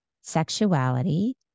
sexuality